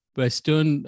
western